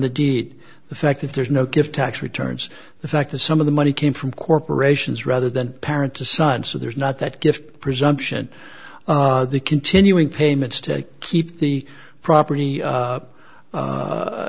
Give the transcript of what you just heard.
deed the fact that there's no gift tax returns the fact that some of the money came from corporations rather than parent to son so there's not that gift presumption the continuing payments to keep the property